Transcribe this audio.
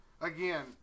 again